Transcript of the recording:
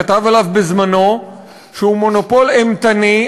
כתב עליו בזמנו שהוא מונופול אימתני,